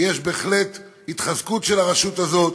ויש בהחלט התחזקות של הרשות הזאת.